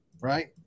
Right